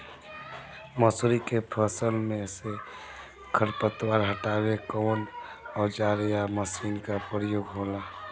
मसुरी के फसल मे से खरपतवार हटावेला कवन औजार या मशीन का प्रयोंग होला?